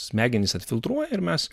smegenys atfiltruoja ir mes